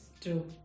True